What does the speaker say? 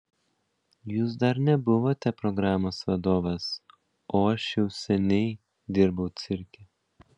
jūs dar nebuvote programos vadovas o aš jau seniai dirbau cirke